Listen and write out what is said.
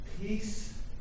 peace